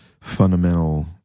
fundamental